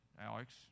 Alex